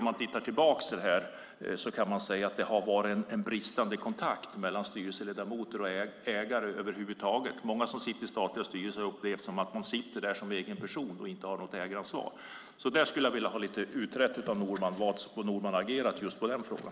Om man tittar tillbaka i detta kan man säga att det har varit en bristande kontakt mellan styrelseledamöter och ägare över huvud taget. Många som sitter i statliga styrelser har upplevt det som att de sitter där som egen person och inte har något ägaransvar. Jag skulle vilja ha utrett av Norman hur han har agerat i den frågan.